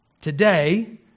today